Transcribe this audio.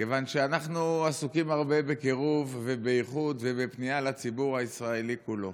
כיוון שאנחנו עסוקים הרבה בקירוב ובאיחוד ובפנייה לציבור הישראלי כולו,